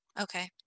okay